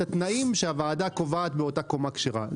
התנאים שאותה ועדה קובעת באותה קומה כשרה.